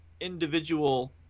individual